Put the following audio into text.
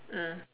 mm